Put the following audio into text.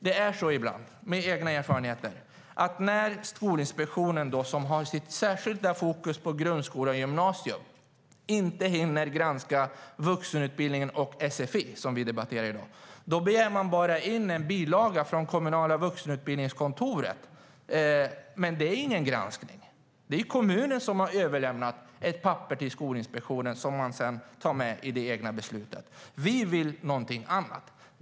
Det är så ibland med egna erfarenheter att när Skolinspektionen, med sitt särskilda fokus på grundskola och gymnasium, inte hinner granska vuxenutbildningen och sfi, som vi debatterar i dag, begär de in en bilaga från kontoret för kommunala vuxenutbildningen. Det är ingen granskning. Det är kommunen som har överlämnat ett papper till Skolinspektionen som de sedan tar med i det egna beslutet. Vi vill något annat.